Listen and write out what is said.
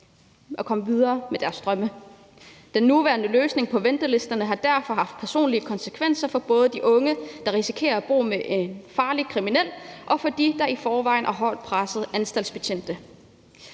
og komme videre med deres drømme. Den nuværende løsning på ventelisterne har derfor haft personlige konsekvenser for både de unge, der risikerer at bo med en farlig kriminel, og for dem, der i forvejen er hårdt pressede anstaltsbetjente.